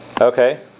Okay